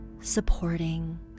supporting